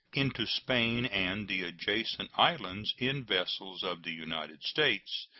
into spain and the adjacent islands in vessels of the united states,